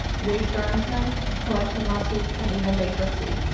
wage garnishments, collection lawsuits, and even bankruptcy.